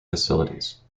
facilities